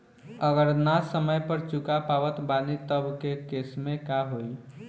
अगर ना समय पर चुका पावत बानी तब के केसमे का होई?